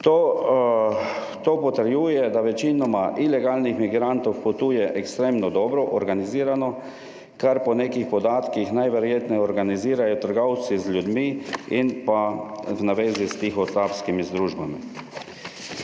To potrjuje, da večinoma ilegalnih migrantov potuje ekstremno, dobro organizirano, kar po nekih podatkih najverjetneje organizirajo trgovci z ljudmi in pa v navezi s tihotapskimi združbami.